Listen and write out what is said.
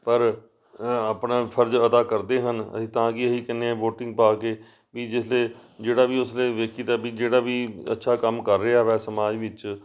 ਪਰ ਆਪਣਾ ਫਰਜ਼ ਅਦਾ ਕਰਦੇ ਹਨ ਅਸੀਂ ਤਾਂ ਕਿ ਅਸੀਂ ਕਹਿੰਦੇ ਹਾਂ ਵੋਟਿੰਗ ਪਾ ਕੇ ਵੀ ਜਿਸਦੇ ਜਿਹੜਾ ਵੀ ਉਸ ਵੇਲੇ ਦੇਖੀਦਾ ਵੀ ਜਿਹੜਾ ਵੀ ਅੱਛਾ ਕੰਮ ਕਰ ਰਿਹਾ ਹੈ ਸਮਾਜ ਵਿੱਚ